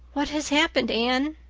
what has happened, anne?